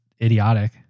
idiotic